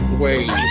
Wait